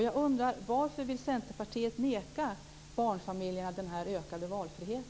Jag undrar varför Centerpartiet vill neka barnfamiljerna denna ökade valfrihet.